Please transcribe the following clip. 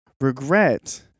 Regret